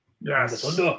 Yes